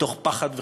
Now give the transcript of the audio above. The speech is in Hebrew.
מתוך פחד וחשבון.